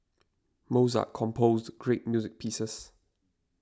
Mozart composed great music pieces